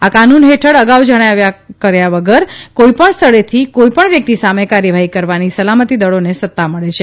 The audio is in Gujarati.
આ કાનૂન હેઠળ અગાઉ જાણ કર્યા વગર કોઇપણ સ્થળેથી કોઇપણ વ્યક્તિ સામે કાર્યવાહી કરવાની સલામતીદળોને સત્તા મળે છે